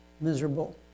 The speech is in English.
miserable